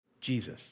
Jesus